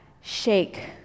shake